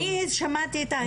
אני שמעתם את ההסברים.